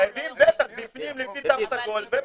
חייבים, בטח, בפנים לפי תו סגול ובחוץ.